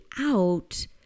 out